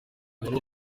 wari